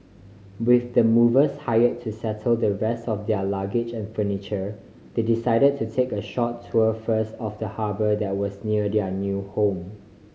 with the movers hire to settle the rest of their luggage and furniture they decided to take a short tour first of the harbour that was near their new home